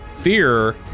Fear